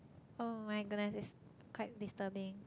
oh-my-goodness it's quite disturbing